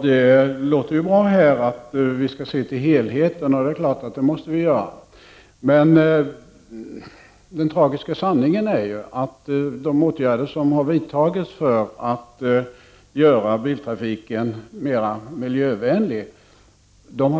Herr talman! Det låter ju bra att vi skall se till helheten. Det måste vi göra, men den tragiska sanningen är den att de åtgärder som har vidtagits för att göra biltrafiken mera miljövänlig